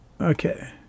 Okay